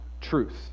truth